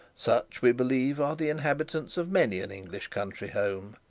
such, we believe, are the inhabitants of many an english country home.